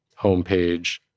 homepage